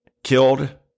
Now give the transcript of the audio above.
killed